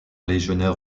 légionnaire